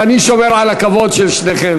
אבל אני שומר על הכבוד של שניכם.